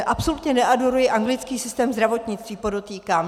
Absolutně neadoruji anglický systém zdravotnictví, podotýkám.